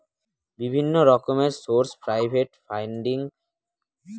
বিভিন্ন রকমের source private funding, সরকারি ফান্ডিং হয়